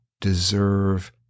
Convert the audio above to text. deserve